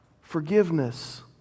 forgiveness